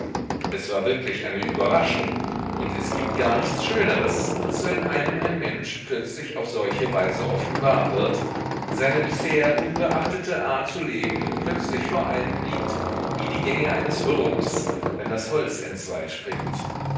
es war wirklich eine überraschung und es gibt gar nichts schöneres als wenn einem ein mensch plötzlich auf solche weise offenbar wird seine bisher unbeachtete art zu leben plötzlich vor einem liegt wie die gänge eines wurms wenn das holz entzwei